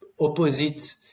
opposite